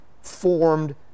formed